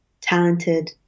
talented